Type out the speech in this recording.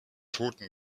toten